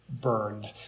burned